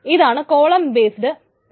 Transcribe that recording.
ഇതാണ് column based storage